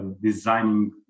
designing